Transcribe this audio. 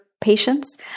patients